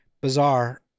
bizarre